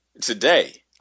today